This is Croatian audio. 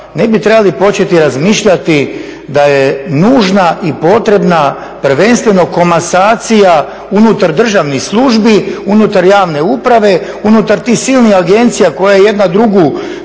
ne bi trebali početi razmišljati da je nužna i potrebna prvenstveno komasacija unutar državnih službi, unutar javne uprave, unutar tih silnih agencija koje jedna drugu